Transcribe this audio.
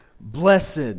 Blessed